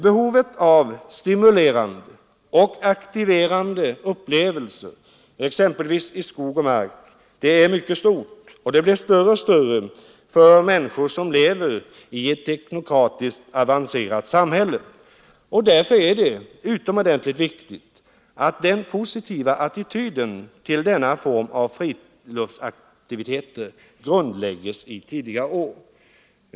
Behovet av stimulerande och aktiverande upplevelser exempelvis i skog och mark är mycket stort, och det blir större och större för människor som lever i ett teknologiskt avancerat samhälle. Därför är det utomordentligt viktigt att den positiva attityden till denna form av friluftsaktiviteter grundläggs i tidiga år.